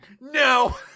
No